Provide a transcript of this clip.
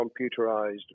computerized